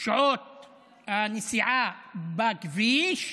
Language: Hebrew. שעות הנסיעה בכביש,